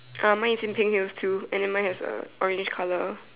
uh mine is in pink heels too and then mine has a orange color